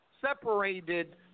separated